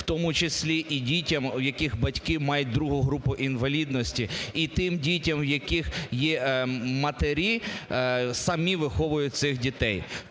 в тому числі і дітям, в яких батьки мають ІІ групу інвалідності, і тим дітям, в яких є матері, самі виховують цих дітей.